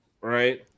right